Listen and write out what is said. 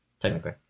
technically